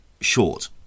Short